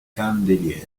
candeliere